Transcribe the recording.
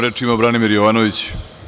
Reč ima Branimir Jovanović.